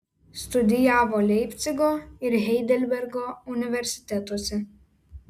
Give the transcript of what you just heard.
studijavo leipcigo ir heidelbergo universitetuose